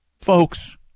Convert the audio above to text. folks